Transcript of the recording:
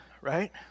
right